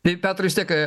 tai petrai vis tiek